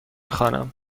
خوانم